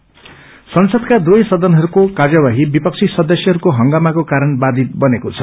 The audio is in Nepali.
एडर्जोन संसदका दुवै सदनहरूको कार्यवाही विपक्षी सदस्यहरूको हंगामाको कारण बाधित बनेको छ